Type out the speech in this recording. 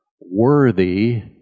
worthy